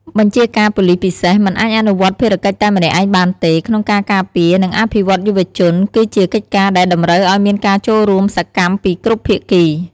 បញ្ជាការប៉ូលិសពិសេស មិនអាចអនុវត្តភារកិច្ចតែម្នាក់ឯងបានទេ ក្នុងការការពារ និងអភិវឌ្ឍយុវជន គឺជាកិច្ចការដែលតម្រូវឲ្យមានការចូលរួមសកម្មពីគ្រប់ភាគី។